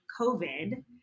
COVID